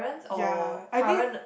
ya I did